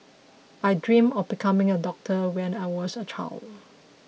I dreamt of becoming a doctor when I was a child